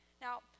now